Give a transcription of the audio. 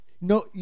no